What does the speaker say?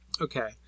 Okay